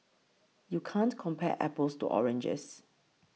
you can't compare apples to oranges